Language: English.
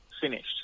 finished